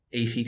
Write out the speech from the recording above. ACT